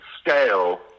scale